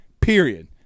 Period